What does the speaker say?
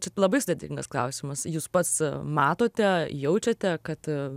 čia labai sudėtingas klausimas jūs pats matote jaučiate kad